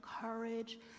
courage